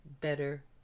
better